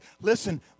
listen